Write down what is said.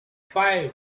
five